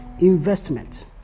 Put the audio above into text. investment